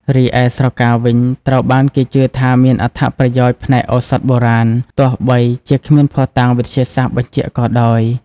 រីឯស្រកាវិញ ត្រូវបានគេជឿថាមានអត្ថប្រយោជន៍ផ្នែកឱសថបុរាណ ទោះបីជាគ្មានភស្តុតាងវិទ្យាសាស្ត្របញ្ជាក់ក៏ដោយ។